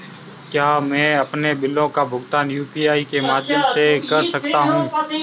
क्या मैं अपने बिलों का भुगतान यू.पी.आई के माध्यम से कर सकता हूँ?